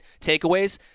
takeaways